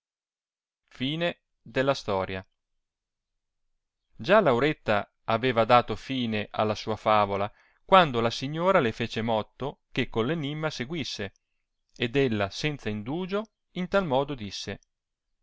rimase già lauretta aveva dato fine alla sua favola quando la signora le fece motto che con enimma seguisse ed ella senza indugio in tal modo disse